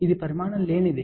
ఇది పరిమాణం లేనిది